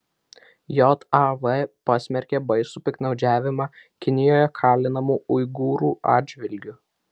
jav pasmerkė baisų piktnaudžiavimą kinijoje kalinamų uigūrų atžvilgiu